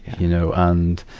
you know, and,